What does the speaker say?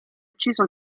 ucciso